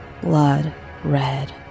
blood-red